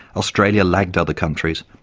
australia lagged other countries,